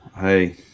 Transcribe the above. Hey